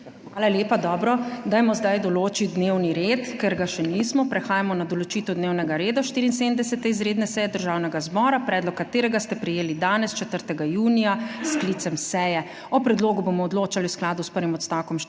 Hvala lepa. Dobro, dajmo zdaj določiti dnevni red, ker ga še nismo. Prehajamo na **določitev dnevnega reda** 74. izredne seje Državnega zbora, predlog katerega ste prejeli danes, 4. junija, s sklicem seje. O predlogu bomo odločali v skladu s prvim odstavkom 64.